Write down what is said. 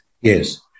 Yes